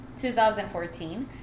2014